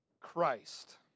Christ